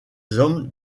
hommes